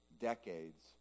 decades